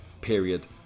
period